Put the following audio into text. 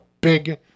big